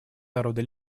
народа